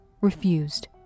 refused